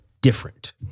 different